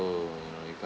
no you can't